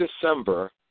December